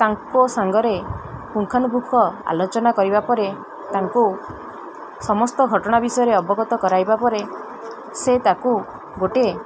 ତାଙ୍କ ସାଙ୍ଗରେ ପୁଙ୍ଖାନୁପୁଙ୍ଖ ଆଲୋଚନା କରିବା ପରେ ତାଙ୍କୁ ସମସ୍ତ ଘଟଣା ବିଷୟରେ ଅବଗତ କରାଇବା ପରେ ସେ ତାକୁ ଗୋଟେ